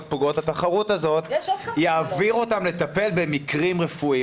פוגעות התחרות האלה יעביר אותם לטפל במקרים רפואיים?